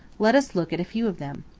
let us look at a few of them.